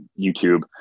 YouTube